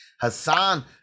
hassan